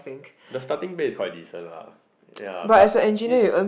the starting pay is quite decent lah ya but is